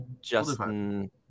Justin